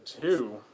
two